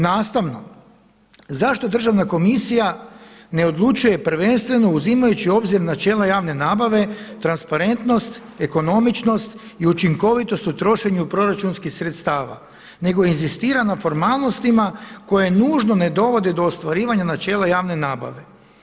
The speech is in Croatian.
Nastavno zašto Državna komisija ne odlučuje prvenstveno uzimajući u obzir načela javne nabave, transparentnost, ekonomičnost i učinkovitost u trošenju proračunskih sredstava nego inzistira na formalnostima koje nužno ne dovode do ostvarivanja načela javne nabave.